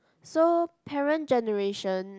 so parent generation